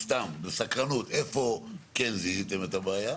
סתם מסקרנות, איפה כן זיהיתם את הבעיה?